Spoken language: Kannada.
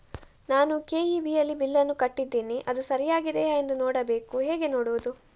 ನಾನು ಕೆ.ಇ.ಬಿ ಯ ಬಿಲ್ಲನ್ನು ಕಟ್ಟಿದ್ದೇನೆ, ಅದು ಸರಿಯಾಗಿದೆಯಾ ಎಂದು ನೋಡಬೇಕು ಹೇಗೆ ನೋಡುವುದು?